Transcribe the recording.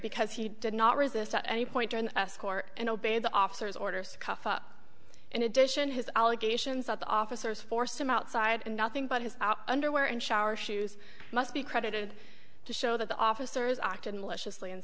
because he did not resist at any point or an escort and obeyed the officers orders to cough up in addition his allegations that the officers forced him outside and nothing but his underwear and shower shoes must be credited to show that the officers acted maliciously